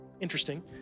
Interesting